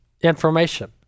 information